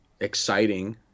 exciting